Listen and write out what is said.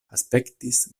aspektis